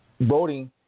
voting